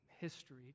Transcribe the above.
history